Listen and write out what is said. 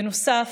בנוסף,